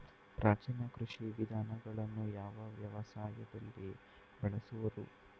ಪ್ರಾಚೀನ ಕೃಷಿ ವಿಧಾನಗಳನ್ನು ಯಾವ ವ್ಯವಸಾಯದಲ್ಲಿ ಬಳಸುವರು?